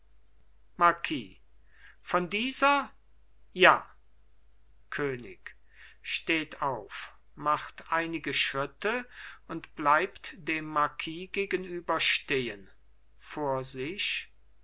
marquis von dieser ja könig steht auf macht einige schritte und bleibt dem marquis gegenüber stehen vor sich